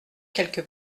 quelque